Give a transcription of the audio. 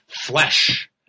flesh